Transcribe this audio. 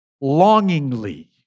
longingly